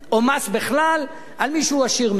או מס בכלל, על מי שהוא עשיר מאוד.